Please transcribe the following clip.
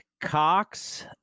Cox